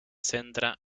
centra